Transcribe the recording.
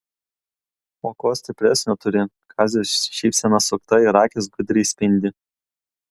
o ko stipresnio turi kazio šypsena sukta ir akys gudriai spindi